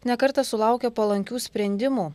ne kartą sulaukė palankių sprendimų